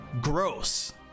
gross